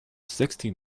sixty